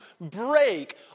break